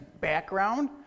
background